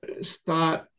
start